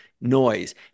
noise